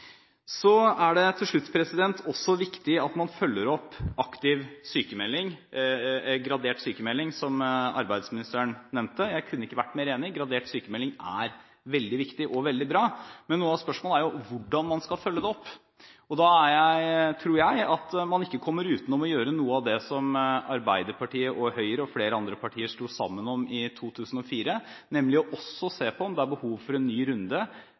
Til slutt: Det er også viktig at man følger opp gradert sykmelding – som arbeidsministeren nevnte. Jeg kunne ikke vært mer enig. Gradert sykmelding er veldig viktig og veldig bra. Men noe av spørsmålet er jo hvordan man skal følge det opp. Da tror jeg at man ikke kommer utenom å gjøre noe av det som Arbeiderpartiet, Høyre og flere andre partier sto sammen om i 2004, nemlig også å se på om det er behov for en ny runde